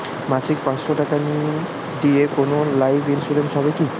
মাসিক পাঁচশো টাকা দিয়ে কোনো লাইফ ইন্সুরেন্স হবে কি?